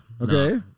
Okay